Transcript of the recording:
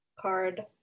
card